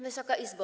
Wysoka Izbo!